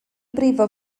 brifo